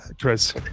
Chris